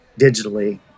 digitally